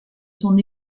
son